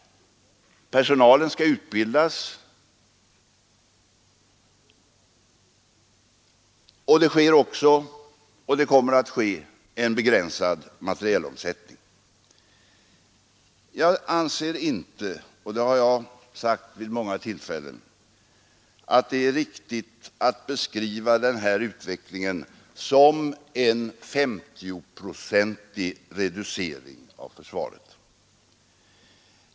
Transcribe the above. Personalen skall utbildas, och det sker och kommer att ske en begränsad materielomsättning. Jag anser inte — detta har jag sagt vid många tillfällen — att det är riktigt att beskriva den här utvecklingen som en 5S0-procentig reducering av försvaret.